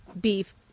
beef